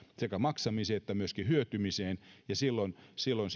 maksamiseen että myöskin hyötymiseen ja silloin silloin